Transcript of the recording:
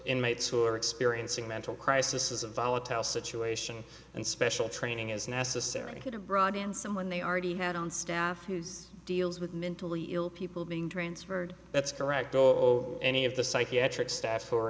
are experiencing mental crisis is a volatile situation and special training is necessary could have brought in someone they already had on staff whose deals with mentally ill people being transferred that's correct or any of the psychiatric staff